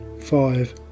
five